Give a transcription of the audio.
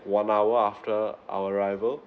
one hour after our arrival